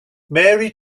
mary